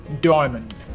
Diamond